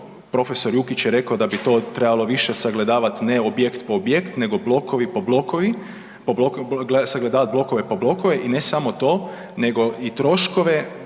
prof. Jukić je rekao da bi to trebalo više sagledavat ne objekt po objekt, nego blokovi po blokovi, sagledavat blokove po blokove i ne samo to nego i troškove